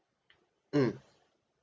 mm